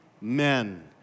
men